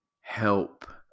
help